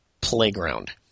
playground